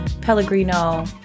Pellegrino